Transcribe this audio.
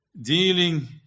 dealing